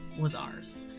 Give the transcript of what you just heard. was ours.